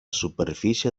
superfície